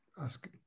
ask